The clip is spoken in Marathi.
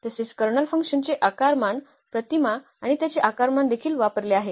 तसेच कर्नल F चे आकारमान प्रतिमा आणि त्याचे आकारमान देखील वापरले आहे